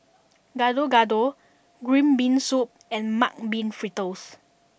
Gado Gado Green Bean Soup and Mung Bean Fritters